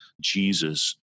Jesus